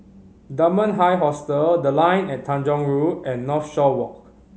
Dunman High Hostel The Line at Tanjong Rhu and Northshore Walk